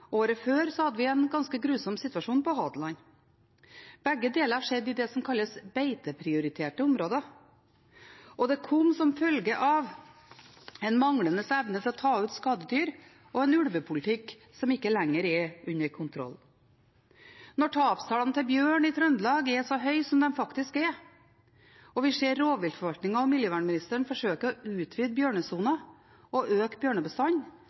Året før hadde vi en ganske grusom situasjon på Hadeland. Begge deler skjedde i det som kalles beiteprioriterte områder, og det kom som følge av en manglende evne til å ta ut skadedyr og en ulvepolitikk som ikke lenger er under kontroll. Når tapstallene til bjørn i Trøndelag er så høye som de faktisk er, og vi ser rovviltforvaltningen og miljøministeren forsøke å utvide bjørnesonen og øke